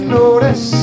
notice